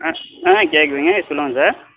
ஆ ஆ கேட்குதுங்க சொல்லுங்க சார்